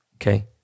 okay